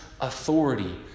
authority